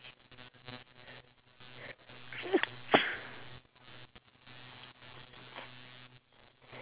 like try to do everything they can so that it's suitable for the needs of the elderly